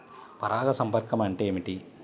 పరాగ సంపర్కం అంటే ఏమిటి?